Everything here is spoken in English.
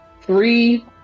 three